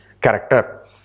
character